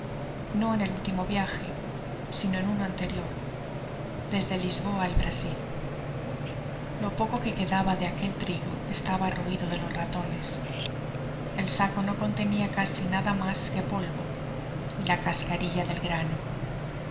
no en el último viaje sino en uno anterior desde lisboa al brasil lo poco que quedaba de aquel trigo estaba roido de los ratones el saco no contenia casi ijada mas que polvo y la cascarilla del grano